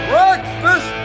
Breakfast